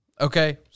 Okay